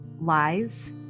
lies